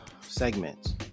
segments